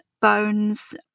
bones